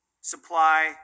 supply